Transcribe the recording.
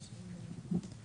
תודה.